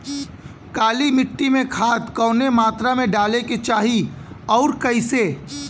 काली मिट्टी में खाद कवने मात्रा में डाले के चाही अउर कइसे?